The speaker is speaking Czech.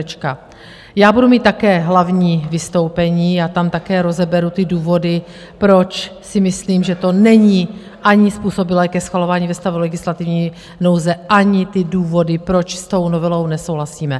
Já budu mít také hlavní vystoupení a tam také rozeberu ty důvody, proč si myslím, že to není ani způsobilé ke schvalování ve stavu legislativní nouze, ani (?) ty důvody, proč s tou novelou nesouhlasíme.